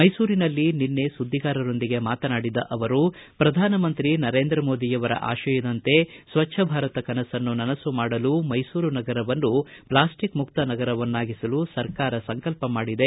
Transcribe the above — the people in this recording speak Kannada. ಮೈಸೂರಿನಲ್ಲಿ ನಿನ್ನೆ ಸುದ್ದಿಗಾರರೊಂದಿಗೆ ಮಾತನಾಡಿದ ಅವರು ಪ್ರಧಾನಮಂತ್ರಿ ನರೇಂದ್ರ ಮೋದಿ ಅವರ ಆಶಯದಂತೆ ಸ್ವಚ್ಛ ಭಾರತ ಕನಸನ್ನು ನನಸು ಮಾಡಲು ಮೈಸೂರು ನಗರವನ್ನು ಪ್ಲಾಸ್ಟಿಕ್ ಮುಕ್ತ ನಗರವನ್ನಾಗಿಸಲು ಸರ್ಕಾರ ಸಂಕಲ್ಪ ಮಾಡಿದೆ